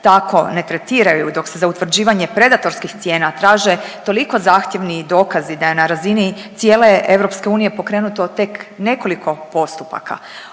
tako ne tretiraju dok se za utvrđivanje predatorskih cijena traže toliko zahtjevnih dokazi da je na razini cijele EU pokrenuto tek nekoliko postupaka.